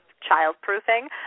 child-proofing